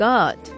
God